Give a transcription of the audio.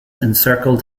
encircled